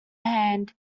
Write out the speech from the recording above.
hands